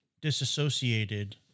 disassociated